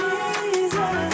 Jesus